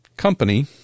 company